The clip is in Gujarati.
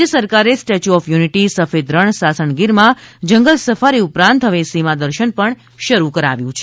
રાજ્ય સરકારે સ્ટેચ્યુ ઓફ યુનિટી સફેદ રણ સાસણગીરમાં જંગલ સફારી ઉપરાંત હવે સીમા દર્શન પણ શરૂ કરાવ્યું છે